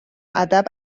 ادب